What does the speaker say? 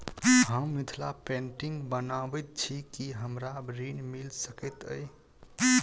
हम मिथिला पेंटिग बनाबैत छी की हमरा ऋण मिल सकैत अई?